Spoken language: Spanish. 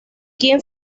quien